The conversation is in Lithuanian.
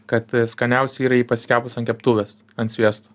kad skaniausia yra jį pasikepus ant keptuvės ant sviesto